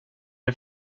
det